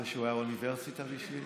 על זה שהוא היה אוניברסיטה בשבילי?